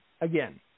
again